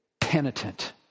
penitent